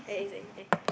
sometimes